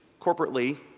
corporately